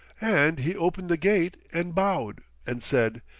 and he opened the gate, and bowed, and said,